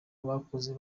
bakoze